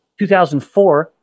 2004